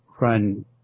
run